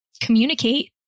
communicate